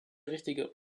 richtige